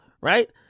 right